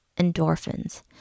endorphins